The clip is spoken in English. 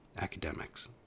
academics